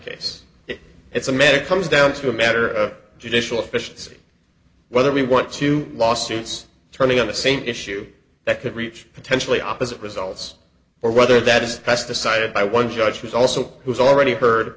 case it's a matter comes down to a matter of judicial efficiency whether we want to lawsuits turning on the same issue that could reach potentially opposite results or whether that is best decided by one judge was also who's already heard